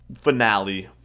finale